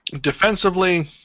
Defensively